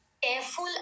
careful